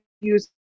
use